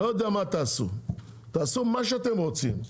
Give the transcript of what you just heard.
לא יודע מה תעשו, תעשו מה שאתם רוצים,